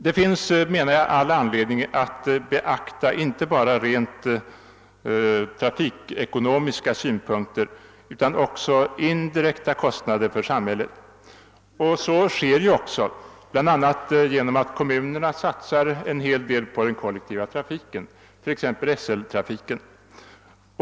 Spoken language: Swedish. Det finns därför, anser jag, all anledning att beakta inte bara rent trafikekonomiska synpunkter utan också indirekta kostnader för samhället. Så sker också bland annat genom att kommunerna satsar en hel del på den kollektiva trafiken, t.ex. SL-trafiken.